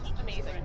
amazing